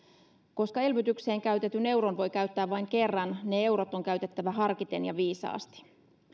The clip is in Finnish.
koska elvytykseen käytetyn euron voi käyttää vain kerran ne eurot on käytettävä harkiten ja viisaasti